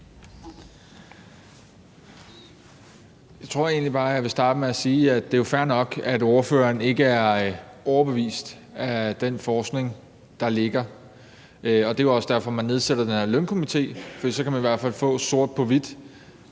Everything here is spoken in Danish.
Jeg tror egentlig bare, jeg vil starte med at sige, at det jo er fair nok, at ordføreren ikke er overbevist af den forskning, der ligger, og det er jo også derfor, man nedsætter den her lønstrukturkomité. For så kan man i hvert fald få sort på hvidt